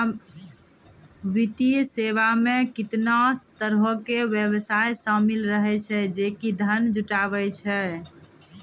वित्तीय सेवा मे केतना तरहो के व्यवसाय शामिल रहै छै जे कि धन जुटाबै छै